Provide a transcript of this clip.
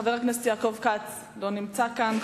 חבר הכנסת יעקב כץ, לא נמצא כאן.